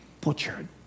butchered